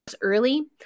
early